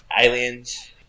Aliens